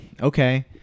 okay